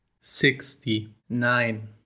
Sixty-nine